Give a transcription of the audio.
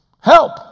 Help